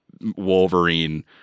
Wolverine